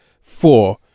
four